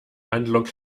handlung